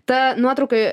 ta nuotrauka